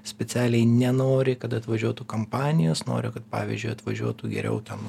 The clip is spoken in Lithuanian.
specialiai nenori kad atvažiuotų kampanijos nori kad pavyzdžiui atvažiuotų geriau ten